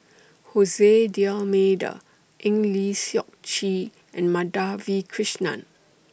Jose D'almeida Eng Lee Seok Chee and Madhavi Krishnan